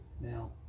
Now